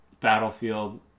battlefield